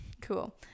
Cool